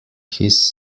his